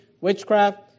witchcraft